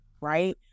right